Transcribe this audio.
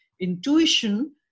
intuition